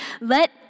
Let